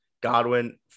Godwin